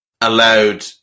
allowed